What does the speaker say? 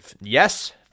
Yes